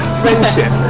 friendship